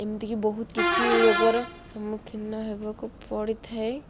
ଏମିତିକି ବହୁତ କିଛି ରୋଗର ସମ୍ମୁଖୀନ ହେବାକୁ ପଡ଼ିଥାଏ